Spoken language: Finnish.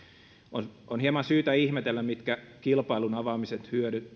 on on hieman syytä ihmetellä mitkä kilpailun avaamisen hyödyt